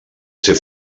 ser